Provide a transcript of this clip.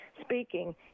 speaking